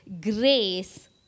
grace